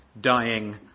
dying